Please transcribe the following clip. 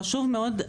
חשוב מאוד,